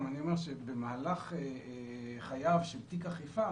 אני אומר שבמהלך חייו של תיק אכיפה,